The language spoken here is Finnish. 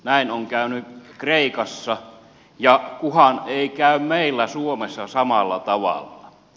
näin on käynyt kreikassa ja kunhan ei käy meillä suomessa samalla tavalla